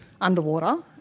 underwater